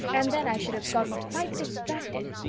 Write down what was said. and then i should have gone quite distracted.